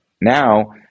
Now